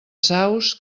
saus